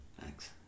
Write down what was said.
Thanks